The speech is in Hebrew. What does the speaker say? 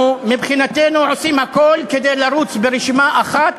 אנחנו מבחינתנו עושים הכול כדי לרוץ ברשימה אחת